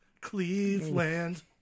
Cleveland